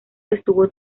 estuvo